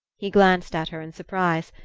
he glanced at her in surprise,